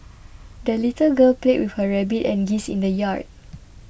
the little girl played with her rabbit and geese in the yard